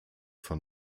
von